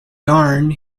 yarn